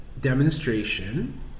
demonstration